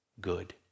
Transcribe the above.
good